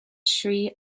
shri